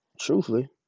truthfully